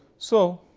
so,